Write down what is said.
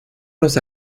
los